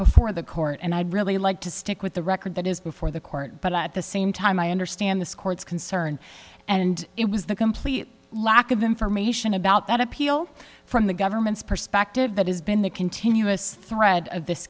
before the court and i'd really like to stick with the record that is before the court but at the same time i understand this court's concern and it was the complete lack of information about that appeal from the government's perspective that has been the continuous thread of this